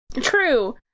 True